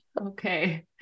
Okay